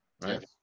right